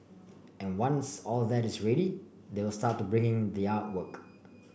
and once all that is ready they will start to bring in the artwork